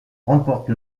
remporte